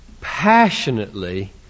passionately